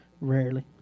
Rarely